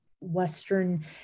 Western